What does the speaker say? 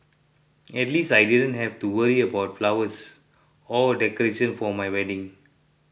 at least I didn't have to worry about flowers or decoration for my wedding